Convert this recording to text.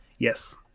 Yes